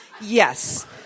Yes